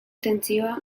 tentsioa